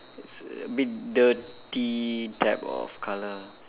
is a bit dirty type of color